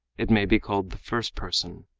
it may be called the first person.